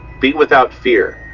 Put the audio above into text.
be without fear,